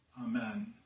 Amen